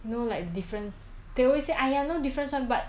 you know like difference they always say !aiya! no difference [one] but